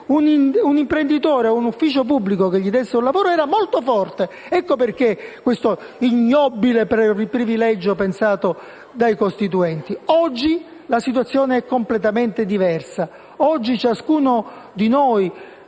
un imprenditore o un ufficio pubblico che gli desse un lavoro, era molto forte. Ecco la ragione di questo ignobile privilegio pensato dai Costituenti. Oggi la situazione è completamente diversa. Ogni parlamentare,